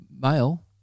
male